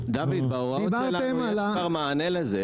בהוראות שלנו יש כבר מענה לזה.